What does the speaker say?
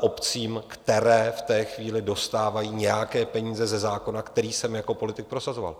obcím, které v té chvíli dostávají nějaké peníze ze zákona, který jsem jako politik prosazoval.